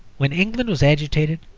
when england was agitated,